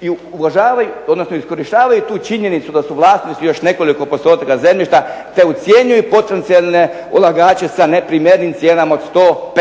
i uvažavaju, odnosno iskorištavaju tu činjenicu da su vlasnici još nekoliko postotaka zemljišta, te ucjenjuju potencijalne ulagače sa neprimjerenim cijenama od 100,